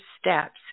steps